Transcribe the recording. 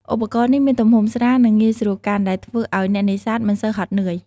ឧបករណ៍នេះមានទម្ងន់ស្រាល និងងាយស្រួលកាន់ ដែលធ្វើឲ្យអ្នកនេសាទមិនសូវហត់នឿយ។